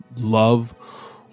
love